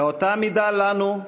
באותה מידה, לנו,